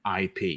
IP